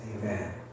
Amen